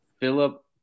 Philip